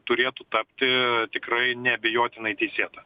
turėtų tapti tikrai neabejotinai teisėta